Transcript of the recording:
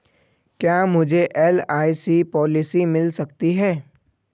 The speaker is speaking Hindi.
क्या मुझे एल.आई.सी पॉलिसी मिल सकती है?